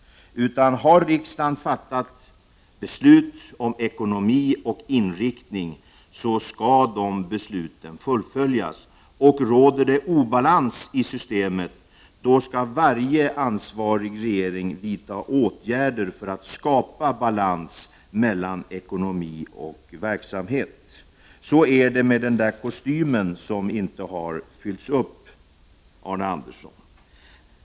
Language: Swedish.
Om riksdagen har fattat beslut om ekonomi och inriktning av viss verksamhet, så skall de besluten fullföljas. Råder det obalans i systemet, skall den ansvariga regeringen vidta åtgärder för att skapa balans mellan ekonomi och verksamhet. Så är det med den där kostymen som inte har fyllts ut, Arne Andersson.